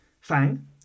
Fang